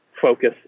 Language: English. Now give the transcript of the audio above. focus